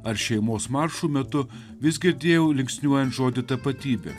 ar šeimos maršų metu vis girdėjau linksniuojant žodį tapatybė